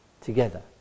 together